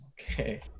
okay